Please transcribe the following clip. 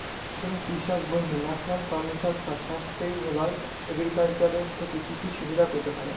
একজন কৃষক বন্ধু national commission for sustainable agriculture এর থেকে কি কি সুবিধা পেতে পারে?